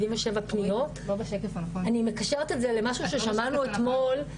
77 פניות אני מקשרת את זה למשהו ששמענו אתמול,